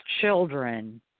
children